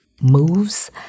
moves